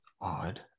Odd